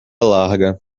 larga